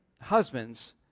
husbands